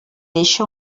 deixa